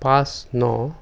পাঁচ ন